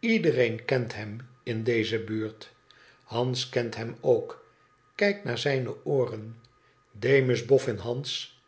iedereen kent hem in deze buurt hans kent hem ook kijk naar zijne ooren demus boffin hans